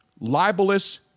libelous